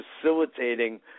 facilitating